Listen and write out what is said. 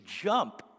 jump